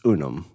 Unum